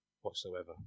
whatsoever